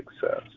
success